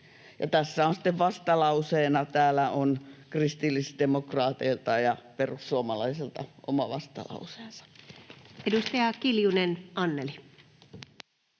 sitten vastalauseita. Täällä on kristillisdemokraateilta ja perussuomalaisilta oma vastalauseensa. Edustaja Kiljunen, Anneli.